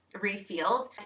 refilled